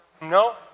No